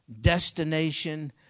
destination